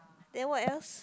then what else